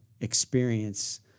experience